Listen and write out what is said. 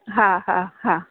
हा हा हा